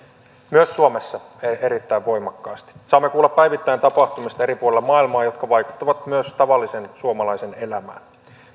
myös suomessa erittäin voimakkaasti saamme kuulla päivittäin tapahtumista eri puolilla maailmaa jotka vaikuttavat myös tavallisen suomalaisen elämään